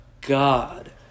God